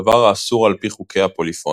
דבר האסור על פי חוקי הפוליפוניה,